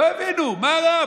לא הבינו, מה רע?